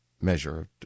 measure